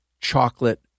chocolate